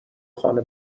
خانه